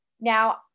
Now